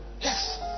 Yes